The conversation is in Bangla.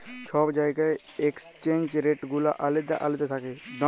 ছব জায়গার এক্সচেঞ্জ রেট গুলা আলেদা আলেদা থ্যাকে